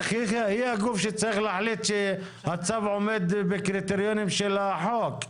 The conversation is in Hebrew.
היא הגוף שצריך להחליט שהצו עומד בקריטריונים של החוק.